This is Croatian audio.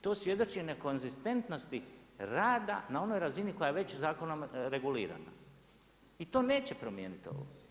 To svjedoči nekonzistentnosti rada na onoj razini koja je već zakonom regulirana i to neće promijeniti ovo.